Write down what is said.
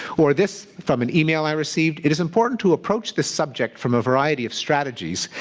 or this from an email i received. it is important to approach the subject from a variety of strategies,